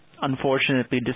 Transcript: Unfortunately